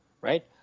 right